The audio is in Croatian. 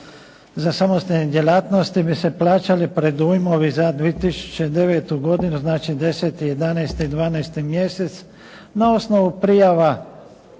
za samostalne djelatnosti bi se plaćali predujmovi za 2009. godinu, znači 10,11 i 12 mjesec na osnovu prijava